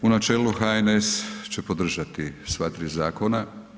U načelu HNS će podržati sva tri zakona.